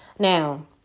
Now